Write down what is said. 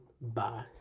Bye